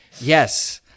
Yes